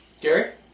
Gary